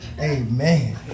Amen